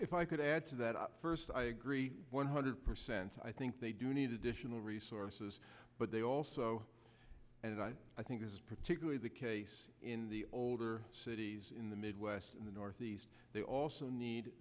if i could add to that up first i agree one hundred percent i think they do need additional resources but they also and i i think is particularly the case in the older cities in the midwest in the northeast they also need